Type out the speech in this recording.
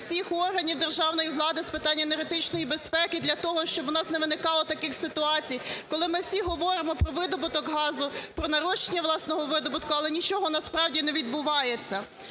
всіх органів державної влади з питань енергетичної безпеки, для того щоб у нас не виникало таких ситуацій, коли ми всі говоримо про видобуток газу, про нарощення власного видобутку, але нічого насправді не відбувається.